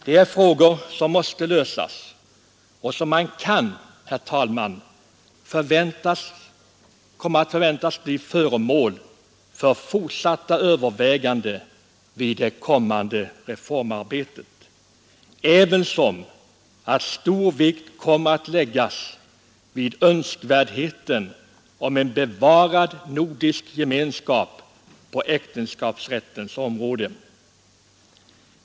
Detta är frågor som måste lösas och som kan förväntas bli föremål för fortsatta överväganden vid det kommande reformarbetet. Vidare kan stor vikt förväntas bli lagd vid önskvärdheten av en bevarad nordisk gemenskap på äktenskapsrättens område.